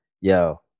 Yo